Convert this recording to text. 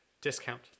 discount